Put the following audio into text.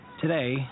Today